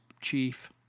chief